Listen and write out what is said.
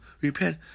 Repent